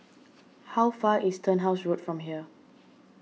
how far is Turnhouse Road from here